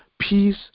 peace